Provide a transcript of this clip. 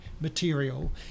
material